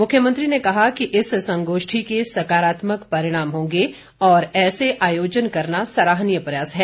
मुख्यमंत्री ने कहा कि इस संगोष्ठी के सकारात्मक परिणाम होंगे और ऐसे आयोजन करना सराहनीय प्रयास है